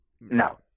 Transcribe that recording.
No